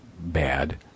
bad